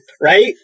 Right